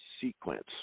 sequence